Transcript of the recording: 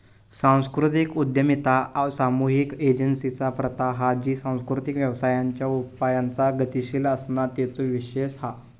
सांस्कृतिक उद्यमिता सामुहिक एजेंसिंची प्रथा हा जी सांस्कृतिक व्यवसायांच्या उपायांचा गतीशील असणा तेचो विशेष हा